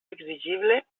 exigible